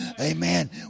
Amen